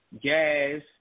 gas